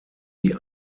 die